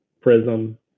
prism